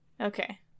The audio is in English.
Okay